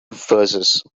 verses